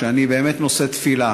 שאני באמת נושא תפילה,